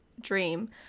dream